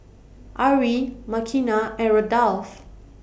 Arrie Makenna and Rudolph